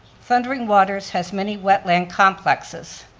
thundering waters has many wetland complexes.